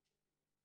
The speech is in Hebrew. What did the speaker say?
של תינוק.